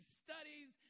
studies